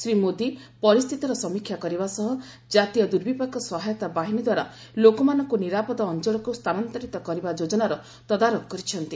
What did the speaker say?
ଶ୍ରୀ ମୋଦୀ ପରିସ୍ଥିତିର ସମୀକ୍ଷା କରିବା ସହ ଜାତୀୟ ଦୁର୍ବିପାକ ସହାୟତା ବାହିନୀ ଦ୍ୱାରା ଲୋକମାନଙ୍କୁ ନିରାପଦ ଅଞ୍ଚଳକୁ ସ୍ଥାନାନ୍ତରିତ କରିବା ଯୋଜନାର ତଦାରଖ କରିଛନ୍ତି